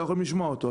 יכולים לשמוע אותו,